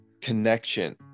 connection